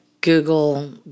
Google